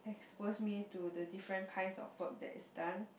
expose me to the different kinds of work that is done